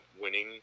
winning